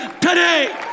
today